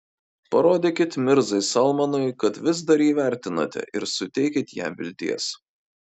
parodykit mirzai salmanui kad vis dar jį vertinate ir suteikit jam vilties